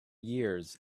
years